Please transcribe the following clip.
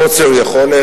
חוסר יכולת,